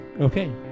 Okay